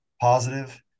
positive